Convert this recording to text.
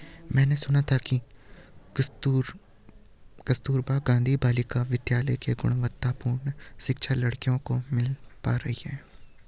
मैंने सुना है कि कस्तूरबा गांधी बालिका विद्यालय से गुणवत्तापूर्ण शिक्षा लड़कियों को मिल पा रही है